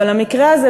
אבל המקרה הזה,